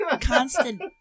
Constant